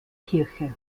kirche